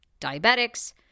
Diabetics